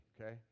Okay